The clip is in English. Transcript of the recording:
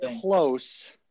close